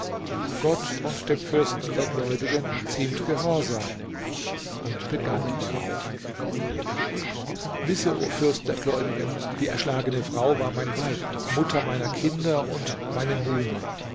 gott und dem fürsten der gläubigen ziemt gehorsam und begann hierauf wisse o fürst der gläubigen die erschlagene frau war mein weib mutter meiner kinder und meine muhme